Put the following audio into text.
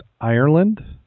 Ireland